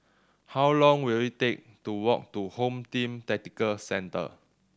how long will it take to walk to Home Team Tactical Centre